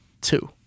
two